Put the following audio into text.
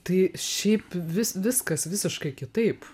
tai šiaip vis viskas visiškai kitaip